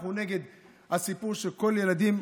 אנחנו נגד הסיפור שכל הילדים,